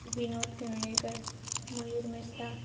Vinod Kevalekar Mayur Mesta